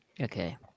Okay